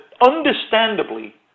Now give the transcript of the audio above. understandably